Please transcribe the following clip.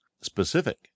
Specific